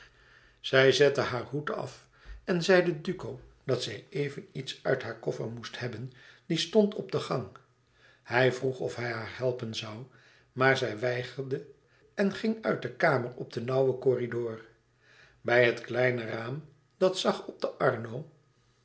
zij zette haar hoed af en zeide duco dat zij even iets uit haar koffer moest hebben die stond op de gang hij vroeg of hij haar helpen zoû maar zij weigerde en ging uit de kamer op den nauwen corridor bij het kleine raam dat zag op de arno